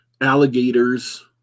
alligators